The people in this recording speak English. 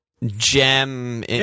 gem